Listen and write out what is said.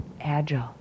agile